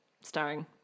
starring